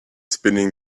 spinning